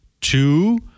two